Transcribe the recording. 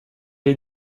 est